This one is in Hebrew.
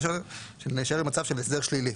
מאשר שנשאר במצב של הסדר שלילי.